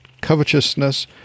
covetousness